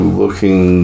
looking